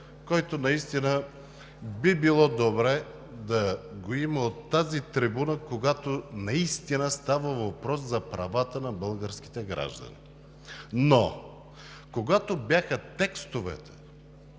който би било добре да го има от тази трибуна, когато наистина става въпрос за правата на българските граждани. Но когато бяха текстовете